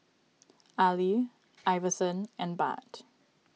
Ali Iverson and Bart